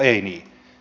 ei niin